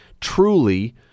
truly